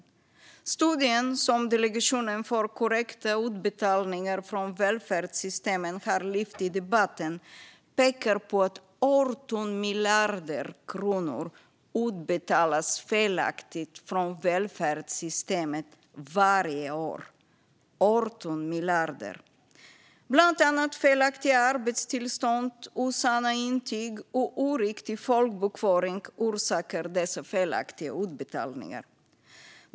Den studie från Delegationen för korrekta utbetalningar från välfärdssystemen som har lyfts i debatten pekar på att 18 miljarder kronor utbetalas felaktigt från välfärdssystemen varje år. Det är bland annat felaktiga arbetstillstånd, osanna intyg och oriktig folkbokföring som orsakar dessa felaktiga utbetalningar.